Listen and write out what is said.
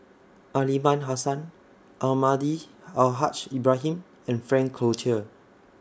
Aliman Hassan Almahdi Al Haj Ibrahim and Frank Cloutier